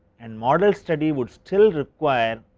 and model study would still require,